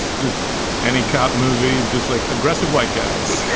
just any cop movie just like aggressive white guys yeah